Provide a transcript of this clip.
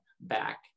back